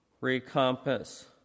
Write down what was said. recompense